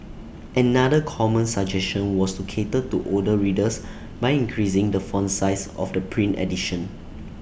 another common suggestion was to cater to older readers by increasing the font size of the print edition